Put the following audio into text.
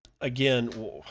again